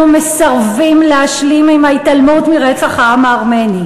מסרבים להשלים עם ההתעלמות מרצח העם הארמני.